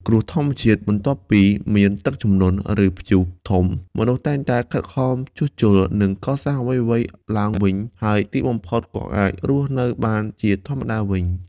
គ្រោះធម្មជាតិ បន្ទាប់ពីមានទឹកជំនន់ ឬព្យុះធំ មនុស្សតែងតែខិតខំជួសជុល និងកសាងអ្វីៗឡើងវិញ ហើយទីបំផុតក៏អាចរស់នៅបានជាធម្មតាវិញ។